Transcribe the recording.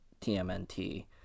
TMNT